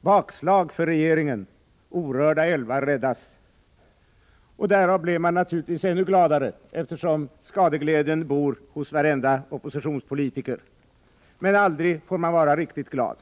Bakslag för regeringen — orörda älvar räddas. Därav blir man naturligtvis glad, eftersom skadeglädjen bor hos varenda oppositionspolitiker — men aldrig får man vara riktigt glad.